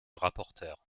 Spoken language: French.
rapporteur